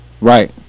Right